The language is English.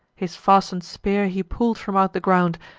his fasten'd spear he pull'd from out the ground,